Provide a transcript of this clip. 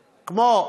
כמו,